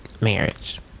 marriage